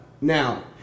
now